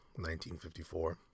1954